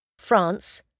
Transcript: France